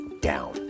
down